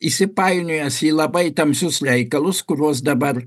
įsipainiojęs į labai tamsius reikalus kuriuos dabar